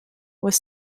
was